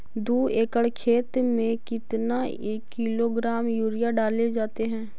दू एकड़ खेत में कितने किलोग्राम यूरिया डाले जाते हैं?